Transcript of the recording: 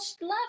love